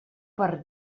per